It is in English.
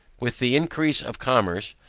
with the increase of commerce,